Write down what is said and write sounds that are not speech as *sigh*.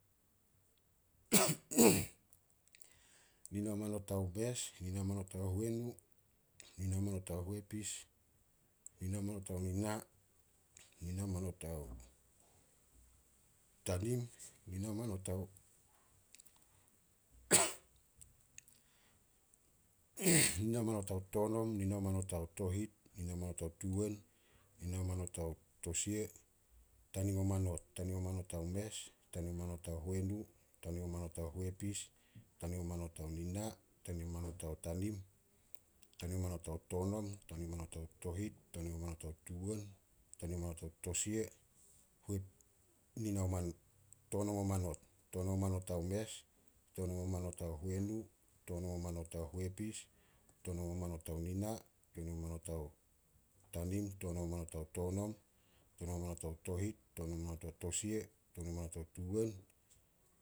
*noise* Nina o manot ao mes, nina o manot ao huenu, nina o manot ao huepis, nina o manot ao nina, nina o manot ao tanim, nina o manot ao *noise* nina o manot ao tonom, nina o manot ao tohit, nina o manot ao tuwen, nina o manot ao tosia, tanim o manot. Tanim o manot ao mes, tanim o manot ao huenu, tanim o manot ao huepis, tanim o manot ao nina, tanim o manot ao tanim, tanim o manot ao tonom, tanim o manot ao tohit, tanim o manot ao tuwen, tanim o manot ao tosia, *hesitation* tonom o manot. Tonom o manot ao mes, tonom o manot ao huenu, tonom o manot ao huepis, tonom o manot ao nina, tonom o manot ao tanim, tonom o manot ao tonom, tonom o manot ao tohit, tonom o manot ao tosia, tonom o manot ao tuwen,